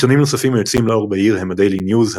עיתונים נוספים היוצאים לאור בעיר הם הדיילי ניוז,